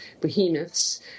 behemoths